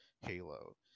halo